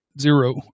Zero